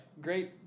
Great